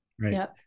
Right